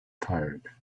tired